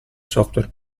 software